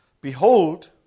Behold